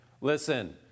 listen